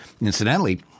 Incidentally